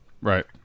Right